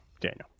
Daniel